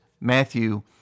Matthew